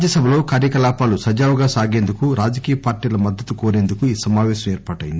రాజ్యసభలో కార్యకలాపాలు సజావుగా సాగేందుకు రాజకీయ పార్టీల మద్దతు కోరేందుకు ఈ సమావేశం ఏర్పాటైంది